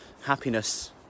happiness